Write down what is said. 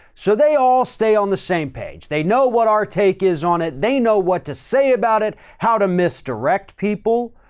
so they all stay on the same page. they know what our take is on it, they know what to say about it, how to miss direct people,